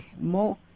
More